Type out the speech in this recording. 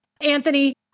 Anthony